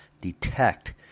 detect